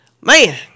Man